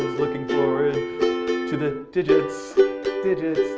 looking forward to the digits digits,